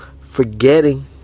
Forgetting